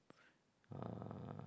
uh